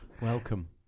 Welcome